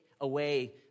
away